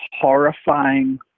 horrifying